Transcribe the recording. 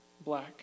black